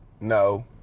No